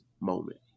moment